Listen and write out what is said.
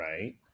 right